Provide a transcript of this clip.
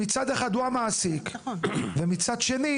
שמצד אחד הוא המעסיק, ומצד שני